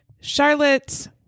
Charlotte